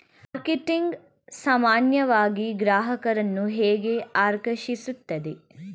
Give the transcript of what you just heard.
Marketing ಸಾಮಾನ್ಯವಾಗಿ ಗ್ರಾಹಕರನ್ನು ಹೇಗೆ ಆಕರ್ಷಿಸುತ್ತದೆ?